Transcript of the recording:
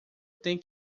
tem